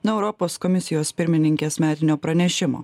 nuo europos komisijos pirmininkės metinio pranešimo